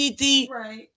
Right